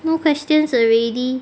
no questions already